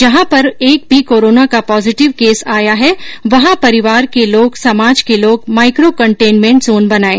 जहां पर एक भी कोरोना का पॉजिटिव केस आया है वहां परिवार के लोग समाज के लोग माइको कन्टेनमेंट जोन बनाएं